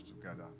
together